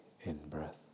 in-breath